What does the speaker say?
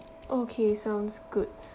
okay sounds good